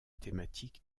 thématique